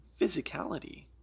physicality